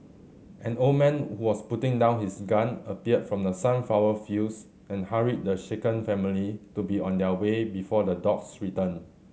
an old man who was putting down his gun appeared from the sunflower fields and hurried the shaken family to be on their way before the dogs return